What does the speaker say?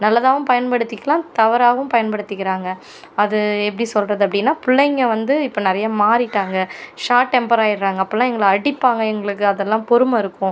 நல்லதாகவும் பயன்படுத்திக்கலாம் தவறாகவும் பயன்படுத்திக்கிறாங்க அது எப்படி சொல்கிறது அப்படின்னா பிள்ளைங்க வந்து இப்போ நிறையா மாறிட்டாங்க ஷார்ட் டெம்பர் ஆகிட்றாங்க அப்போல்லாம் எங்களை அடிப்பாங்க எங்களுக்கு அதெல்லாம் பொறுமை இருக்கும்